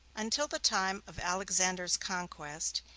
until the time of alexander's conquest,